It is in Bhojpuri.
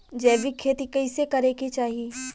जैविक खेती कइसे करे के चाही?